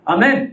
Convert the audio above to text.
Amen